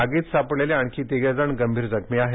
आगीत सापडलेले आणखी तिघे जण गंभीर जखमी आहेत